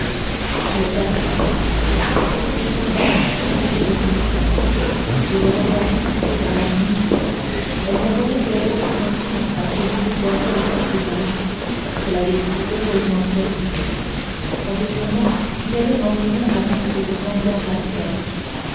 tout le passé s'était déjà effacé aux yeux de cette femme et le regard fixé vers l'avenir elle ne voyait que la haute fortune que lui réservait le cardinal qu'elle avait si heureusement servi sans que son nom fût mêlé en rien à toute cette sanglante affaire